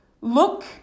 look